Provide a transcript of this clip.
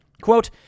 quote